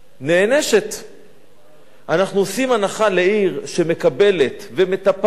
אנחנו עושים הנחה לעיר שמקבלת ומטפחת